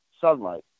sunlight